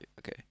Okay